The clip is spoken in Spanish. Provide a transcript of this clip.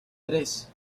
tres